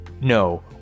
no